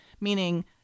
meaning